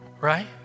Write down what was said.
Right